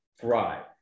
thrive